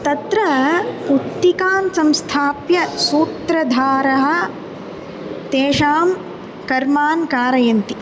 तत्र उत्तिकान् संस्थाप्य सूत्रधारः तेषां कर्मान् कारयन्ति